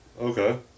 Okay